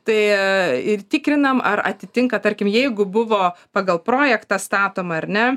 tai ir tikrinam ar atitinka tarkim jeigu buvo pagal projektą statoma ar ne